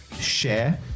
share